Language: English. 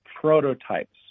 Prototypes